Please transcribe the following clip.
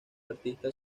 artista